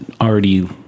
already